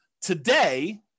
Today